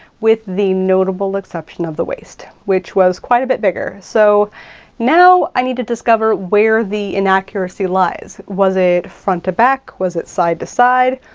with the notable exception of the waist, which was quite a bit bigger. so now i need to discover where the inaccuracy lies. was it front to back? was it side to side?